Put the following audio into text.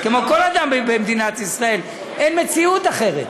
כמו כל אדם במדינת ישראל, אין מציאות אחרת.